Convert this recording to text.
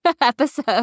episode